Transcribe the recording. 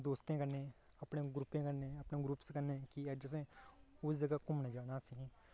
अपने दोस्तें कन्ने अपने ग्रुपें कन्नै ग्रुपें कन्नै कि अज्ज असें उस जगह् घुम्मन जाना असें